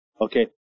Okay